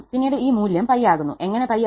പിന്നീട് ഈ മൂല്യം 𝜋 ആകുന്നുഎങ്ങനെ 𝜋 ആയി